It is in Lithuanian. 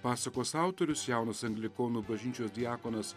pasakos autorius jaunas anglikonų bažnyčios diakonas